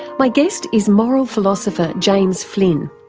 my guest is moral philosopher james flynn.